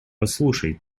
послушай